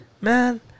man